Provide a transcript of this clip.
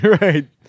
Right